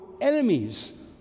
enemies